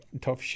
tough